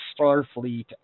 starfleet